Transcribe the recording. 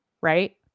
right